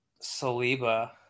Saliba